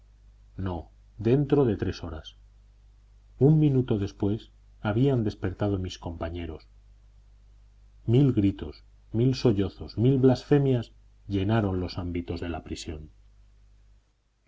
no dentro de tres horas un minuto después habían despertado mis compañeros mil gritos mil sollozos mil blasfemias llenaron los ámbitos de la prisión